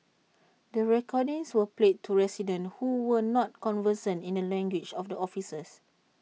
the recordings were played to residents who were not conversant in the language of the officers